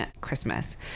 Christmas